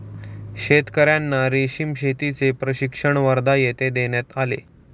शेतकर्यांना रेशीम शेतीचे प्रशिक्षण वर्धा येथे देण्यात आले